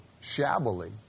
shabbily